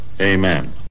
Amen